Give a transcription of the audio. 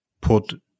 put